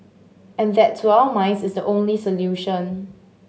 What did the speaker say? and that to our minds is the only solution